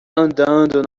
andando